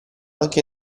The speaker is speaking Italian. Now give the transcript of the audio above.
anche